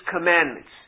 commandments